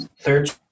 third